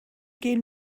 gehen